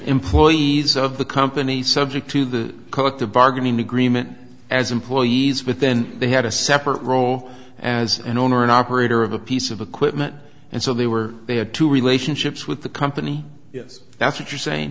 employees of the company subject to the collective bargaining agreement as employees but then they had a separate role as an owner an operator of a piece of equipment and so they were they had two relationships with the company yes that's what you're saying